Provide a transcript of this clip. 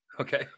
okay